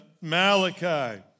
Malachi